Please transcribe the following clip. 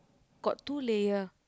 got two layer